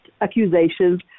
accusations